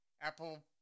Apple